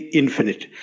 infinite